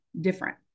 different